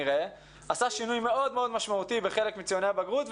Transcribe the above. עשה שינוי מאוד משמעותי בחלק מציוני הבגרות,